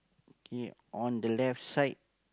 okay on the left side